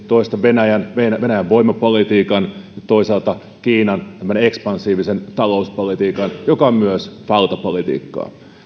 toisaalta venäjän voimapolitiikan ja toisaalta kiinan tämmöisen ekspansiivisen talouspolitiikan joka on myös valtapolitiikkaa